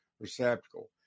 receptacle